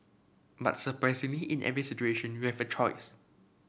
but surprisingly in every situation you have a choice